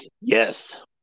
Yes